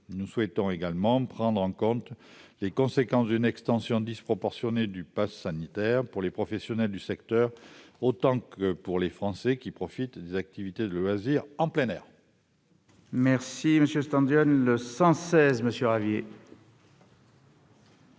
Nous souhaitons également prendre en compte les conséquences d'une extension disproportionnée du passe sanitaire pour les professionnels du secteur autant que pour les Français qui profitent de ces activités de loisirs en plein air. L'amendement n° 116, présenté